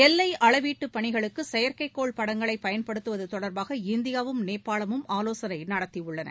எல்லை அளவீட்டுப் பணிகளுக்கு செயற்கைக்கோள் படங்களை பயன்படுத்துவது தொடர்பாக இந்தியாவும் நேபாளமும் ஆலோசனை நடத்தியுள்ளன